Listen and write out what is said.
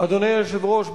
אדוני היושב-ראש,